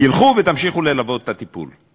תלכו ותמשיכו ללוות את הטיפול.